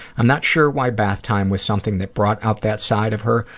i'm not sure why bath time was something that brought out that side of her,